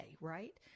right